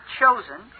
chosen